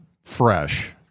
fresh